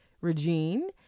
Regine